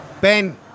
Ben